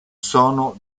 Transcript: sono